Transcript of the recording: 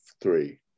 three